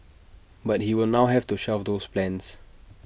but he will now have to shelve those plans